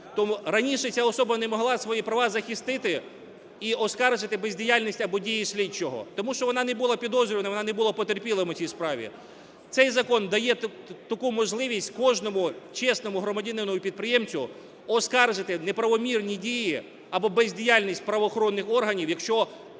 Раніше ця особа не могла свої права захистити і оскаржити бездіяльність або дії слідчого, тому що вона не була підозрюваною, вона не була потерпілим у цій справі. Цей закон дає таку можливість кожному чесному громадянину і підприємцю оскаржити неправомірні дії або бездіяльність правоохоронних органів, якщо